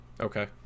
Okay